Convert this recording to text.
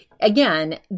again